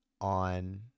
On